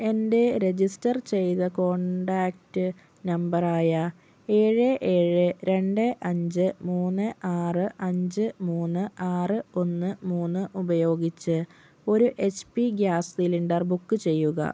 എൻ്റെ രജിസ്റ്റർ ചെയ്ത contact number ആയ ഏഴ് ഏഴ് രണ്ട് അഞ്ച് മൂന്ന് ആറ് അഞ്ച് മൂന്ന് ആറ് ഒന്ന് മൂന്ന് ഉപയോഗിച്ച് ഒരു എച്ച്പി ഗ്യാസ് സിലിണ്ടർ ബുക്ക് ചെയ്യുക